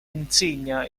insegna